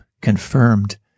confirmed